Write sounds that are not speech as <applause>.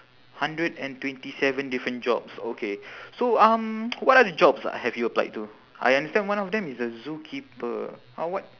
hundred and twenty seven different jobs okay so um <noise> what other jobs have you applied to I understand one of them is a zookeeper uh what